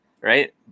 right